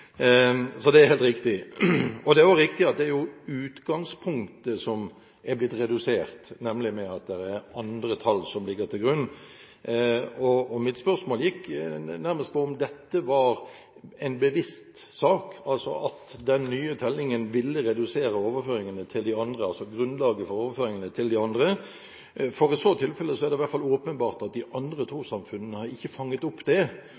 så det er helt riktig. Det er også riktig at det er utgangspunktet som er blitt redusert, nemlig at det er andre tall som ligger til grunn. Mitt spørsmål gikk nærmest på om dette var en bevisst sak – altså at den nye tellingen ville redusere overføringene til de andre, altså grunnlaget for overføringene til de andre. I så tilfelle er det i hvert fall åpenbart at de andre trossamfunnene ikke har fanget opp det,